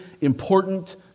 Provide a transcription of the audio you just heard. important